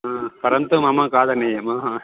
हा परन्तु मम खादनीयं हा हा